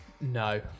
No